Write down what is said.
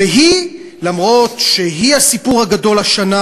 והיא, אף שהיא הסיפור הגדול השנה,